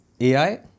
AI